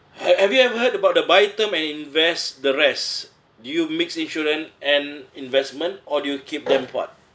have have you ever heard about the buy term and invest the rest do you mix insurance and investment or do you keep them apart